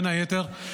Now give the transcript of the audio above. בין היתר,